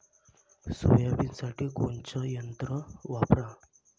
सोयाबीनसाठी कोनचं यंत्र वापरा?